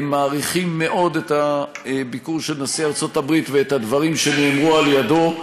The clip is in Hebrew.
מעריכים מאוד את הביקור של נשיא ארצות הברית ואת הדברים שנאמרו על ידו,